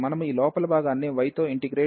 మనము ఈ లోపలి భాగాన్ని y తో ఇంటిగ్రేట్ చేస్తాము